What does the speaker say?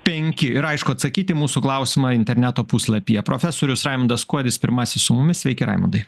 penki ir aišku atsakyt į mūsų klausimą interneto puslapyje profesorius raimundas kuodis pirmasis su mumis sveiki raimundai